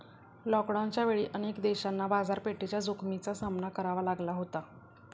लॉकडाऊनच्या वेळी अनेक देशांना बाजारपेठेच्या जोखमीचा सामना करावा लागला होता